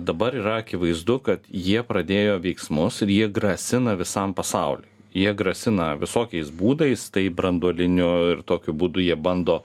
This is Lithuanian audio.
dabar yra akivaizdu kad jie pradėjo veiksmus ir jie grasina visam pasauliui jie grasina visokiais būdais tai branduoliniu ir tokiu būdu jie bando